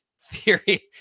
theory